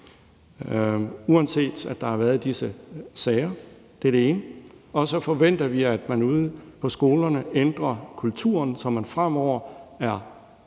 uanset at der har været disse sager. Det er den ene ting. Så forventer vi også som den anden ting, at man ude på skolerne ændrer kulturen, så man fremover er